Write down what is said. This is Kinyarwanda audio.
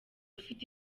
ufite